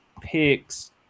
picks